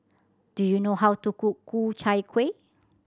do you know how to cook Ku Chai Kuih